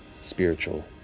spiritual